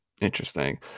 Interesting